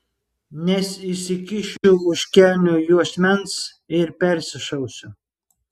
nes įsikišiu už kelnių juosmens ir persišausiu